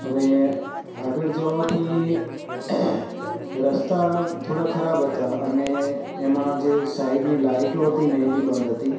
હવે આગળ જવાથી રસ્તા થોડા ખરાબ હતા અને એમાં જે સાઇડની લાઈટો હતી ને એ બી બંધ હતી